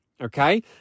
okay